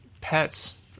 pets